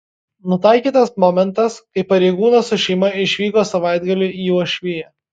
nutaikytas momentas kai pareigūnas su šeima išvyko savaitgaliui į uošviją